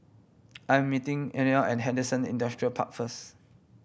I'm meeting Eleni at Henderson Industrial Park first